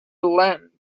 latin